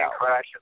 crash